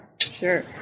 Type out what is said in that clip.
sure